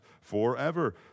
forever